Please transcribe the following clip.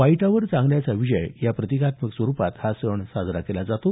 वाईटावर चांगल्याचा विजय या प्रतिकात्मक स्वरुपात हा सण साजरा केला जातो